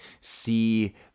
see